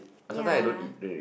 ya